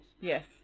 Yes